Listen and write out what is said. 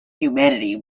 humanity